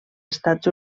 estats